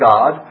God